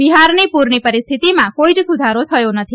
બિહારની પૂરની પરિસ્થીતીમાં કોઇ જ સુધારો થયો નથી